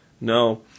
no